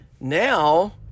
Now